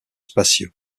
spatiaux